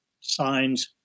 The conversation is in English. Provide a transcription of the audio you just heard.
signs